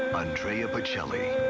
andrea bocelli.